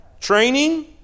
Training